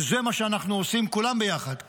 וזה מה שאנחנו עושים כולם ביחד,